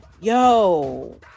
Yo